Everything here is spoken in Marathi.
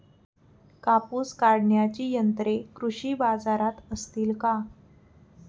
कापूस काढण्याची यंत्रे कृषी बाजारात असतील का?